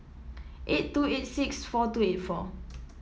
eight two eight six four two eight four